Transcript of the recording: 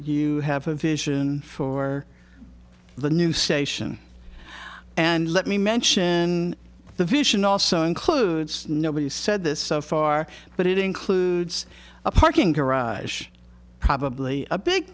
you have a vision for the new station and let me mention the vision also includes nobody said this so far but it includes a parking garage probably a big